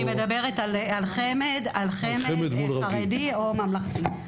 אני מדברת על חמ"ד מול חרדי או ממלכתי.